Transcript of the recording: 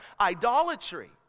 idolatry